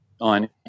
on